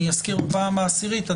אני אזכיר בפעם העשירית,